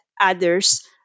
others